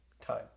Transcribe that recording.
time